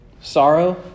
Sorrow